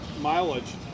mileage